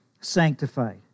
sanctified